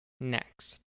Next